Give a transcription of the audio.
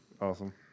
Awesome